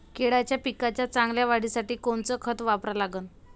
केळाच्या पिकाच्या चांगल्या वाढीसाठी कोनचं खत वापरा लागन?